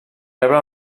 rebre